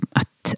att